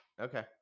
okay